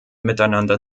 miteinander